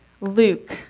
Luke